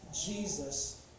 Jesus